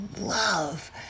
love